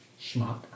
Schmuck